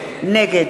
נגד